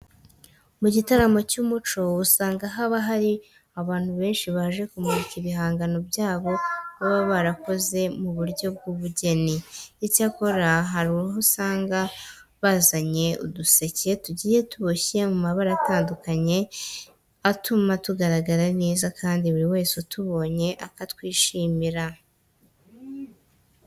Mu gitaramo cy'umuco usanga haba hari abantu benshi baje kumurika ibihangano byabo baba barakoze mu buryo bw'ubugeni. Icyakora hari abo usanga bazanye uduseke tugiye tuboshye mu mabara atandukanye atuma tugaragara neza kandi buri wese utubonye akatwishimira.